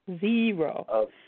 Zero